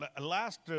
last